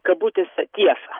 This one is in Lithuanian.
kabutėse tiesą